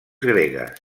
gregues